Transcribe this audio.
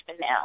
now